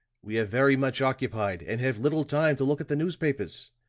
we are very much occupied, and have little time to look at the newspapers.